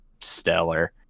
stellar